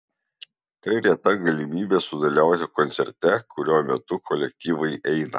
tai reta galimybė sudalyvauti koncerte kurio metu kolektyvai eina